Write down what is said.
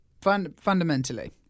fundamentally